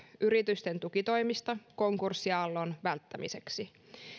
yritysten tukitoimista konkurssiaallon välttämiseksi